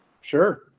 Sure